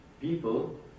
people